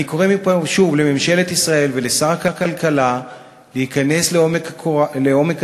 אני קורא מפה שוב לממשלת ישראל ולשר הכלכלה להיכנס לעומק הוויכוח,